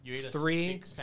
three